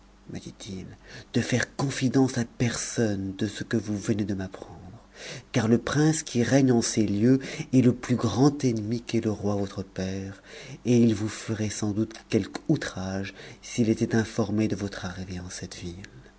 me dit-il de faire confidence à personne de ce que vous venez de m'apprendre car le prince qui règne en ces lieux est le plus grand ennemi qu'ait le roi votre père et il vous ferait sans doute quelque outrage s'il était informé de votre arrivée en cette ville